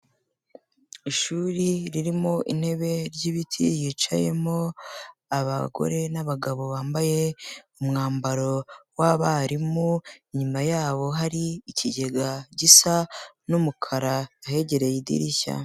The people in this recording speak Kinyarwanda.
Ishuri ririmo intebe ry'ibiti yicayemo abagore n'abagabo bambaye umwambaro w'abarimu, inyuma yabo hari ikigega gisa n'umukara ahegereye idirishya.